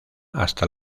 hasta